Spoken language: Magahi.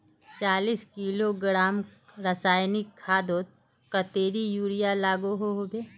चालीस किलोग्राम रासायनिक खादोत कतेरी यूरिया लागोहो होबे?